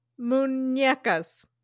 Muñecas